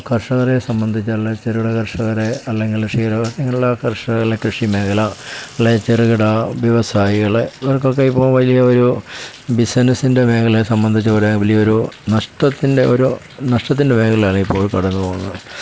കർഷകരെ സംബന്ധിച്ച് അല്ലെ ചെറുകിട കർഷകരെ അല്ലെങ്കിൽ ക്ഷീരകർഷക ഇങ്ങനെയുള്ള കർഷകരുടെ കൃഷിമേഖല അല്ലെ ചെറുകിട വ്യവസായികൾ ഇവർക്കൊക്കെ ഇപ്പോഴും വലിയ ഒരു ബിസിനസ്സിൻ്റെ മേഖല സംബന്ധിച്ച് ഇവിടെ വലിയൊരു നഷ്ടത്തിൻ്റെ ഒരു നഷ്ടത്തിൻ്റെ മേഖലയാണ് ഇപ്പോൾ കടന്നുപോകുന്നത്